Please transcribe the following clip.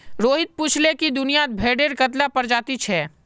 रोहित पूछाले कि दुनियात भेडेर कत्ला प्रजाति छे